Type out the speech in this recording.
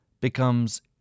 becomes